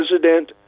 President